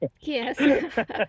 Yes